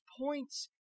points